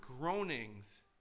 groanings